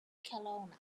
kelowna